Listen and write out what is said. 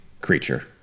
creature